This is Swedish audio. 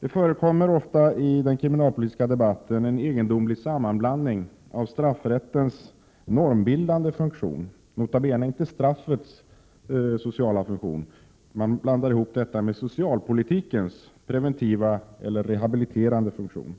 Det förekommer ofta i den kriminalpolitiska debatten en egendomlig sammanblandning av straffrättens normbildande funktion — nota bene inte straffets sociala funktion — med socialpolitikens preventiva eller rehabiliterande funktion.